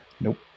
Nope